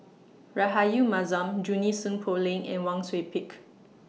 Rahayu Mahzam Junie Sng Poh Leng and Wang Sui Pick